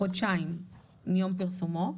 חודשיים מיום פרסומו.